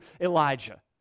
Elijah